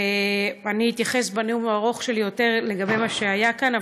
אני אתייחס בנאום הארוך שלי יותר למה שהיה כאן,